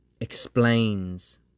explains